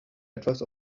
etwas